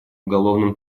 уголовным